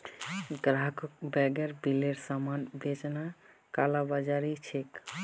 ग्राहकक बेगैर बिलेर सामान बेचना कालाबाज़ारी छिके